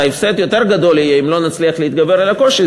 וההפסד יהיה יותר גדול אם לא נצליח להתגבר על הקושי,